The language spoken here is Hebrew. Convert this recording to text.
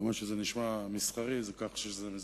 כמה שזה נשמע מסחרי, כך זה מזעזע.